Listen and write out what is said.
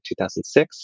2006